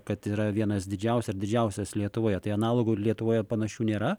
kad yra vienas didžiausių ir didžiausias lietuvoje tai analogų lietuvoje panašių nėra